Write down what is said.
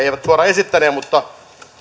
eivät suoraan esittäneet mutta